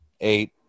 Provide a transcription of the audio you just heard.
eight